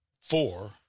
Four